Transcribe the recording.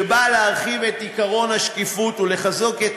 שבאה להרחיב את עקרון השקיפות ולחזק את